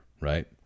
right